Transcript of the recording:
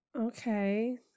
okay